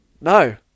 No